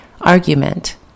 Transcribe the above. argument